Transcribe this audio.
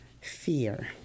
fear